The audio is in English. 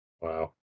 Wow